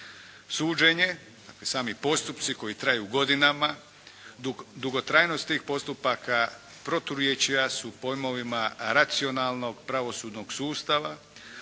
Suđenje, dakle sami postupci koji traju godinama, dugotrajnost tih postupaka proturječja su pojmovima racionalnog pravosudnog sustava,